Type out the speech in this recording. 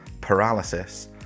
paralysis